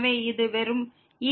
எனவே இது வெறும் e x